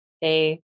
Hey